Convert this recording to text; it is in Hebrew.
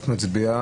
הצבעה